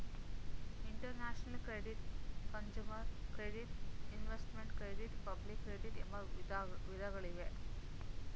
international credit, consumer credit, investment credit public credit ಎಂಬ ವಿಧಗಳಿವೆ